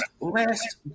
Last